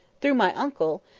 through my uncle,